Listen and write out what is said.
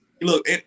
Look